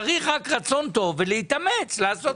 צריך רק רצון טוב ולהתאמץ לעשות